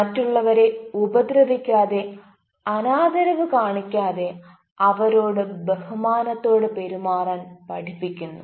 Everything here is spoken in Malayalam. മറ്റുള്ളവരെ ഉപദ്രവിക്കാതെ അനാദരവ് കാണിക്കാതെ അവരോട് ബഹുമാനത്തോടെ പെരുമാറാൻ പഠിപ്പിക്കുന്നു